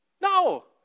No